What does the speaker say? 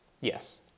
Yes